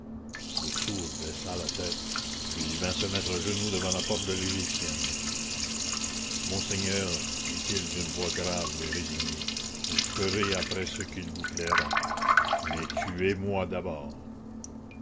le sourd baissa la tête puis il vint se mettre à genoux devant la porte de l'égyptienne monseigneur dit-il d'une voix grave et résignée vous ferez après ce qu'il vous plaira mais tuez-moi d'abord